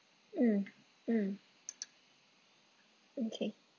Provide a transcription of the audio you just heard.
mm mm okay